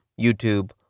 YouTube